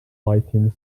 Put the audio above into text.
lighting